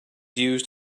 used